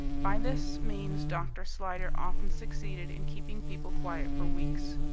by this means dr. slyder often succeeded in keeping people quiet for weeks.